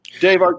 Dave